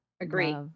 agree